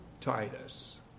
Titus